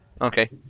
Okay